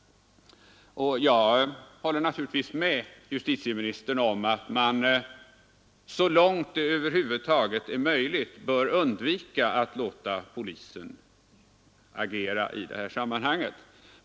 Jag håller naturligtvis med justitieministern om att man så långt det över huvud taget är möjligt bör undvika att låta polisen agera i det här sammanhanget.